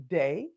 day